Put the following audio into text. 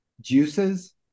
juices